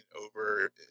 over